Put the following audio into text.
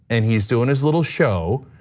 and he is doing his little show.